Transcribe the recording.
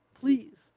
Please